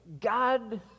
God